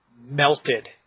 melted